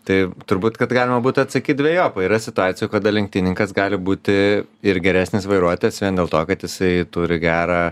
tai turbūt kad galima būtų atsakyt dvejopai yra situacijų kada lenktynininkas gali būti ir geresnis vairuotojas vien dėl to kad jisai turi gerą